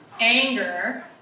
anger